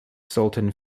sultan